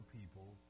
people